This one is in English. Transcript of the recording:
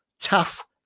Tough